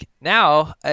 now